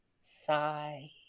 sigh